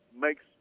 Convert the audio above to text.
makes